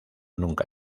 nunca